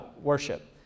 worship